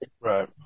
Right